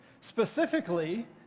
Specifically